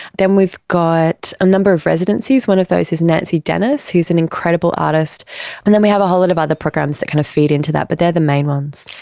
then we've got a number of residencies, one of those is nancy denis who's an incredible artist and then we have a whole lot of other programs that kind of feed into that, but they're the main ones.